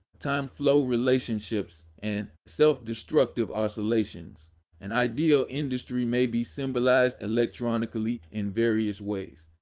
time flow relationships and self-destructive oscillations an ideal industry may be symbolized electronically in various ways.